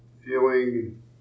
Feeling